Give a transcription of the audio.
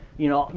you know,